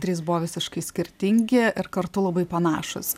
trys buvo visiškai skirtingi ir kartu labai panašūs